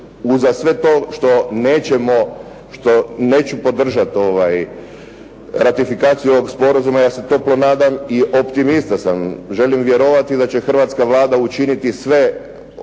uza sve to što neću podržati ratifikaciju ovog Sporazuma ja se toplo nadam i optimista sam, želim vjerovati da će hrvatska Vlada učiniti sve